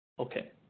Okay